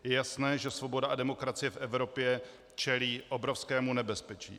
Je jasné, že svoboda a demokracie v Evropě čelí obrovskému nebezpečí.